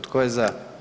Tko je za?